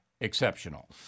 exceptional